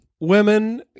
women